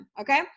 Okay